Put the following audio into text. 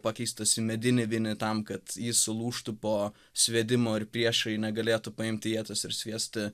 pakeistas į medinį vinį tam kad jis sulūžtų po sviedimo ir priešai negalėtų paimti ietis ir sviesti